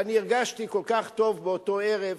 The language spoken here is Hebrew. והרגשתי כל כך טוב באותו ערב,